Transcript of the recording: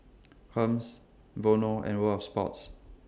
Hermes Vono and World of Sports